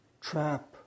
Trap